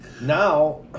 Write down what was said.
now